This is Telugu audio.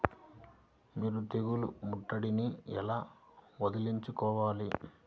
మీరు తెగులు ముట్టడిని ఎలా వదిలించుకోవాలి?